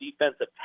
defensive